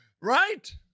right